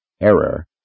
Error